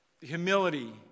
humility